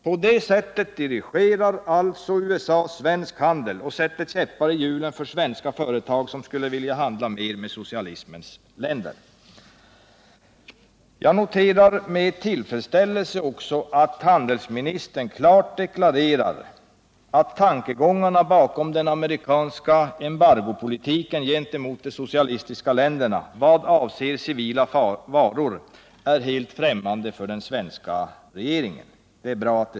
På det sättet dirigerar alltså USA svensk handel och sätter käppar i hjulen för svenska företag som skulle vilja handla mera med socialismens länder. Jag noterar med tillfredsställelse att handelsministern klart deklarerar att tankegångarna bakom den amerikanska embargopolitiken gentemot de socialistiska länderna vad avser civila varor är helt främmande för den svenska regeringen.